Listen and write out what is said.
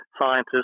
scientists